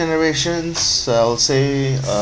generations I will say um